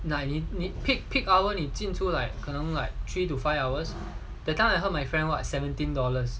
peak peak hour 你进出 like 可能 like three to five hours that time I heard my friend [what] seventeen dollars